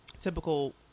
typical